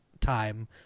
time